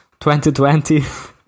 2020